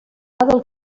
del